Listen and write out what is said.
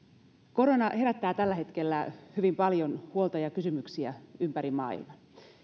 korona herättää tällä hetkellä hyvin paljon huolta ja kysymyksiä ympäri maailman